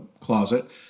closet